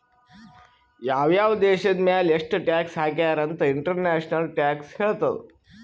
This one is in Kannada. ಯಾವ್ ಯಾವ್ ದೇಶದ್ ಮ್ಯಾಲ ಎಷ್ಟ ಟ್ಯಾಕ್ಸ್ ಹಾಕ್ಯಾರ್ ಅಂತ್ ಇಂಟರ್ನ್ಯಾಷನಲ್ ಟ್ಯಾಕ್ಸ್ ಹೇಳ್ತದ್